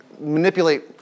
manipulate